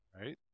Right